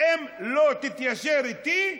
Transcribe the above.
אם לא תתיישר איתי,